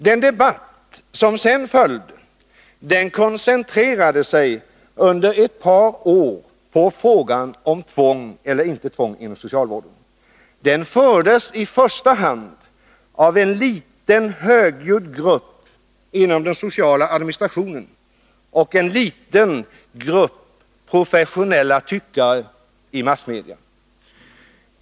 Den debatt som sedan följde koncentrerade sig under ett par år på frågan om tvång eller inte tvång inom socialvården. Den fördes i första hand av en liten högljudd grupp inom den sociala administrationen och av en liten grupp professionella tyckare inom massmedia.